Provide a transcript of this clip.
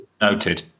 noted